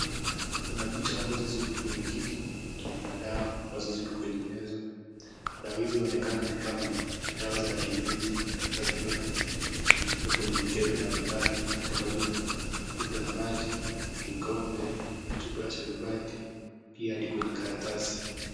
Kuna picha ambazo ziko kwenye kiti na Kuna dawa ambazo ziko kwa meza, dawa hizi ni kama ni dawa za kienyeshi kwa sababu zimewekwa kwa mikebe mbalimbali kama vile chupa la maji kikombe chupa la sharubati na pia karatasi.